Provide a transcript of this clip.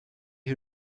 who